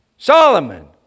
Solomon